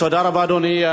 תודה רבה, אדוני.